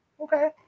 Okay